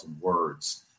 words